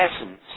essence